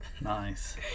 nice